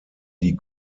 die